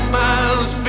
miles